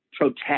protect